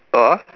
or